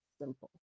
simple